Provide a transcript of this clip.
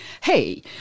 hey